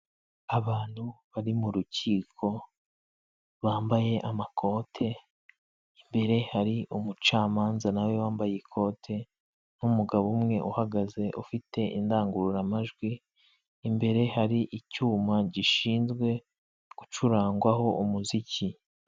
Abantu bari mu rukiko bambaye amakote imbere, hari umucamanza nawe wambaye ikote, n'umugabo umwe uhagaze ufite indangururamajwi, imbere har’icyuma gishinzwe gucurangwaho umuziki.